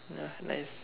ya nice